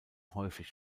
häufig